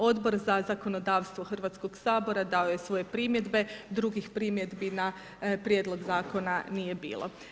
Odbor za zakonodavstvo Hrvatskoga sabora dao je svoje primjedbe, drugih primjedbi na prijedlog zakona nije bilo.